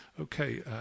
Okay